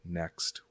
next